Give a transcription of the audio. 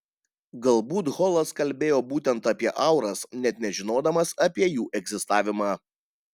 galbūt holas kalbėjo būtent apie auras net nežinodamas apie jų egzistavimą